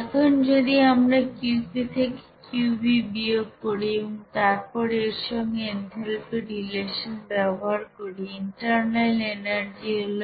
এখন যদি আমরা Qp থেকে Qv বিয়োগ করি এবং তারপর এর সঙ্গে এনথালপির রিলেশন ব্যবহার করি ইন্টার্নাল এনার্জি হল